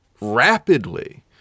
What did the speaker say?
rapidly